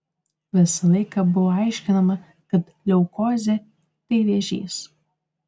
visą laiką buvo aiškinama kad leukozė tai vėžys